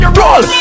roll